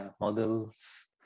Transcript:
models